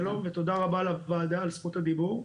שלום ותודה רבה לוועדה על זכות הדיבור.